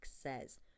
says